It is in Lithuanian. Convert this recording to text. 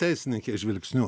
teisininkės žvilgsniu